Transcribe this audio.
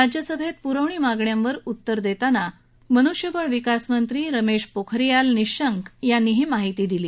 राज्यसभैत प्रवणी मागण्यांवर उतर देताना मन्ष्यबळ विकासमंत्री रमेश पोखरियाल निशंक यांनी ही माहिती दिली